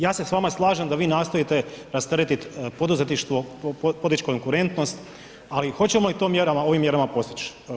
Ja se s vama slažem da vi nastojite rasteretit poduzetništvo, podići konkurentnost, ali hoćemo li ovim mjerama to postići?